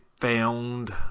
found